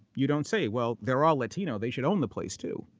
you don't say, well, they're all latino. they should own the place too.